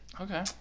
Okay